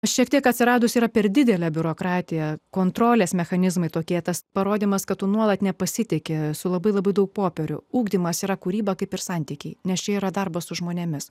šiek tiek atsiradus yra per didelė biurokratija kontrolės mechanizmai tokie tas parodymas kad tu nuolat nepasitiki esu labai labai daug popierių ugdymas yra kūryba kaip ir santykiai nes čia yra darbas su žmonėmis